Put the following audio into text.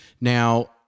now